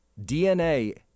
DNA